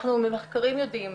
אנחנו ממחקרים יודעים,